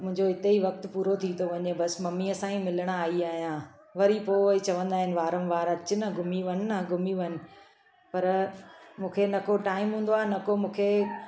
मुंहिंजो हिते ई वक़्तु पूरो थो थी थो वञे बसि मम्मीअ सां ई मिलण आई आहियां वरी पोइ वरी चवंदा आहिनि वारम वार अच न घुमी वञु घुमी वञु पर मूंखे न को टाइम हूंदो आहे न को मूंखे